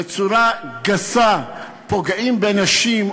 בצורה גסה, פוגעים בנשים.